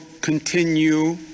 continue